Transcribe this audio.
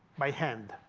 by hand.